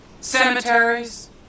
Cemeteries